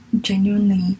genuinely